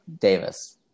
Davis